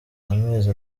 amezi